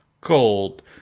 cold